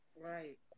Right